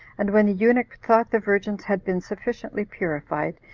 and when the eunuch thought the virgins had been sufficiently purified,